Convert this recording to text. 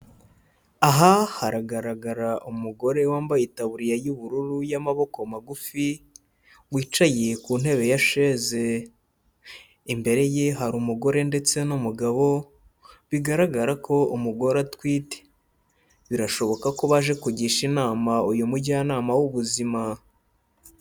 Aha haragaragara umugore wambaye itaburiya y'ubururu y'amaboko magufi, wicaye ku ntebe ya sheze, imbere ye hari umugore ndetse n'umugabo, bigaragara ko umugore atwite, birashoboka ko baje kugisha inama uyu mujyanama w'ubuzima.